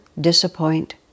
disappoint